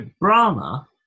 Brahma